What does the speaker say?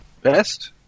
Best